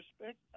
respect